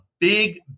big